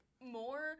more